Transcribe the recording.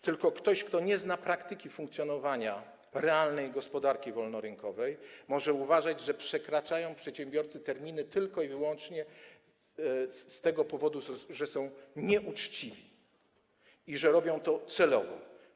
Tylko ktoś, kto nie zna praktyki funkcjonowania realnej gospodarki wolnorynkowej, może uważać, że przedsiębiorcy przekraczają terminy tylko i wyłącznie z tego powodu, że są nieuczciwi i że robią to celowo.